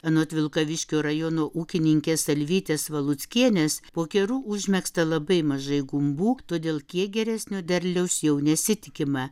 anot vilkaviškio rajono ūkininkės alvytės valuckienės po kerų užmegzta labai mažai gumbų todėl kiek geresnio derliaus jau nesitikima